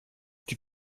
die